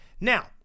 Now